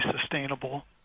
sustainable